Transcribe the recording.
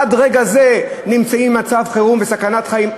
עד רגע זה נמצאים במצב חירום וסכנת חיים.